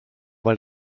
weil